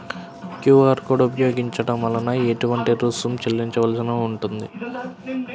QR code ఉపయోగించటం వలన ఏటువంటి రుసుం చెల్లించవలసి ఉంటుంది?